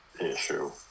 issue